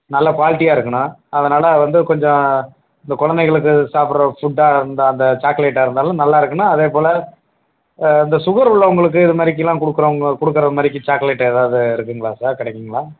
நல்லா குவாலிட்டியாக இருக்கணும் அதனால் வந்து கொஞ்சம் இந்த குழந்தைகளுக்கு சாப்பிட்ற ஃபுட்டா இருந்தால் அந்த சாக்லேட்டா இருந்தாலும் நல்லாருக்கணும் அதேபோல் இந்த ஷுகர் உள்ளவங்களுக்கு இது மாதிரிக்கில்லாம் குடுக்குறவங்க கொடுக்குற மாதிரிக்கி சாக்லேட்டு எதாவது இருக்குதுங்களா சார் கிடைக்குங்களா